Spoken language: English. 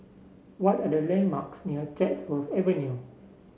what are the landmarks near Chatsworth Avenue